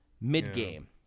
mid-game